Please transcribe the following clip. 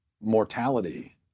mortality